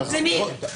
למי?